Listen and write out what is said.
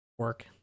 Work